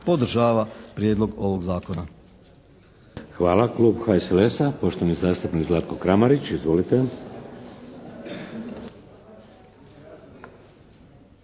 podržava prijedlog ovog zakona.